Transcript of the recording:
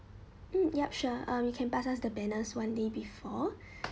mm yup sure uh you can pass us the banners one day before